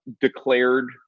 declared